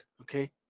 okay